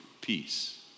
peace